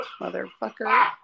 motherfucker